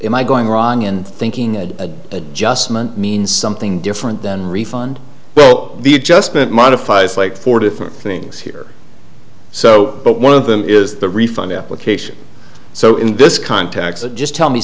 am i going wrong in thinking a just moment means something different than refund well the adjustment modifies like four different things here so but one of them is the refund application so in this context just tell me